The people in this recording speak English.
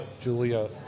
Julia